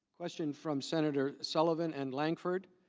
question from senator sullivan and langford.